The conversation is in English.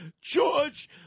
George